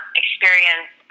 experience